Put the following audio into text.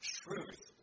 truth